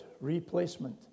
replacement